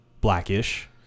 Blackish